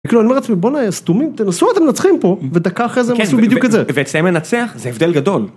כאילו אני אומר לך בונא יא סתומים, תנסו אתם מנצחים פה, ודקה אחרי זה הם עשו בדיוק את זה. כן, ואצליהם מנצח זה הבדל גדול.